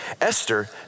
Esther